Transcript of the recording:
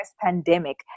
pandemic